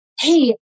hey